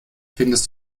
findest